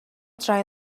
try